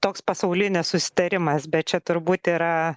toks pasaulinis susitarimas bet čia turbūt yra